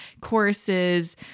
courses